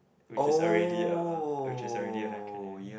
which is already uh which is already an acronym